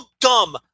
dumb